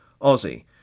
Aussie